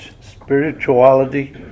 spirituality